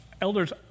elders